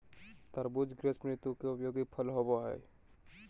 तरबूज़ ग्रीष्म ऋतु के उपयोगी फल होबो हइ